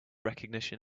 recognition